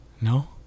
No